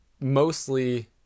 mostly